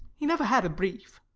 he never had a brief.